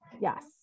Yes